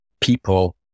people